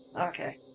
Okay